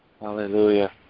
Hallelujah